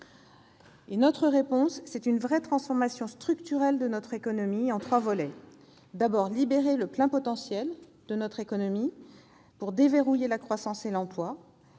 Notre réponse, c'est une vraie transformation structurelle de notre économie, en trois volets. Le premier consiste à libérer le plein potentiel de notre économie pour déverrouiller la croissance et l'emploi.